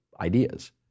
ideas